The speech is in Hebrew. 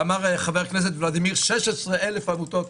ואמר חבר הכנסת ולדימיר - 16,000 עמותות.